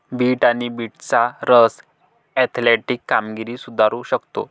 bit आणि बीटचा रस ऍथलेटिक कामगिरी सुधारू शकतो